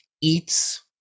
eats